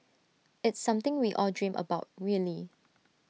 it's something we all dream about really